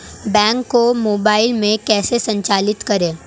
Bank को mobile में कैसे संचालित करें?